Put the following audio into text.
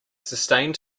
sustained